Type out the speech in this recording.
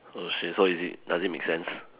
oh shit so is it does it make sense